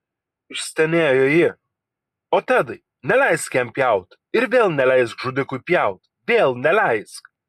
išstenėjo ji o tedai neleisk jam pjauti ir vėl neleisk žudikui pjauti vėl neleisk